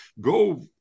Go